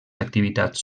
activitats